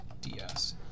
DS